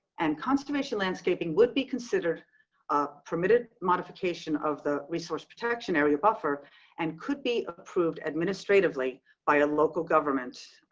and conservation landscaping would be considered a permitted modification of the resource protection area buffer and could be approved administratively by a local government.